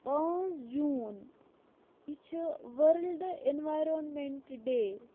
پانٛژھ جوٗن یہِ چھِ ؤرٕلڈٕ انوارمٮ۪نٹہٕ ڈیٚے